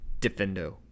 Defendo